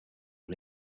and